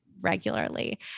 regularly